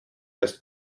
erst